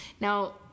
Now